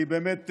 אני באמת,